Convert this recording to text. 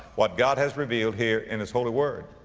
what god has revealed here in his holy word.